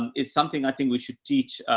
it's something i think we should teach,